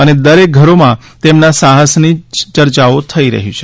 અને દરેક ઘરોમાં તેમના સાહસની જ ચર્ચાઓ થઇ રહી છે